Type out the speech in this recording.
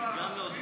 לעדכן